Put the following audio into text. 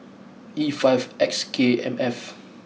E five X K M F